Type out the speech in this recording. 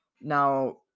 Now